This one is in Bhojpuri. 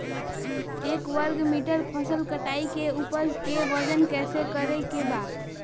एक वर्ग मीटर फसल कटाई के उपज के वजन कैसे करे के बा?